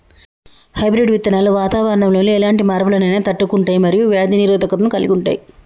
hybrid విత్తనాలు వాతావరణంలోని ఎలాంటి మార్పులనైనా తట్టుకుంటయ్ మరియు వ్యాధి నిరోధకతను కలిగుంటయ్